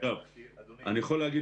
להבין